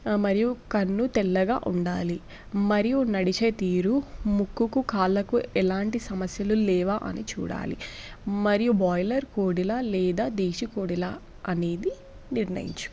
మరియు కన్ను తెల్లగా ఉండాలి మరియు నడిచే తీరు ముక్కుకు కాళ్ళకు ఎలాంటి సమస్యలు లేవా అని చూడాలి మరియు బాయిలర్ కోడిల లేదా దేశ కోడిల అనేది నిర్ణయించుకోవాలి